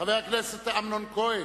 חבר הכנסת אמנון כהן,